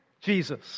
Jesus